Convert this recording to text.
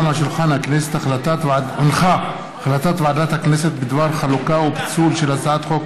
היום על שולחן הכנסת החלטת ועדת הכנסת בדבר חלוקה ופיצול של הצעת חוק